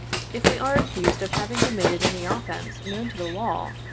if we are accused of having committed any offence known to the law,